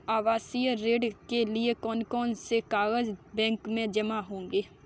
आवासीय ऋण के लिए कौन कौन से कागज बैंक में जमा होंगे?